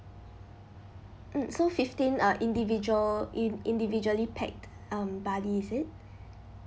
mm so fifteen uh individual in~ individually packed um barley is it